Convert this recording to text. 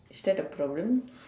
is that a problem